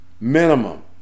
minimum